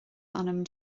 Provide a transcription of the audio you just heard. anam